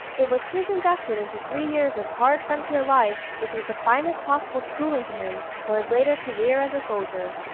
it was his induction into three years of hard frontier life, which was the finest possible schooling to him, for his later career as soldier.